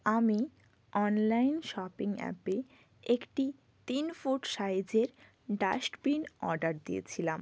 আমি online shopping অ্যাপে একটি তিন ফুট সাইজের ডাস্টবিন অর্ডার দিয়েছিলাম